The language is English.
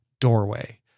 doorway